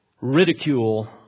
ridicule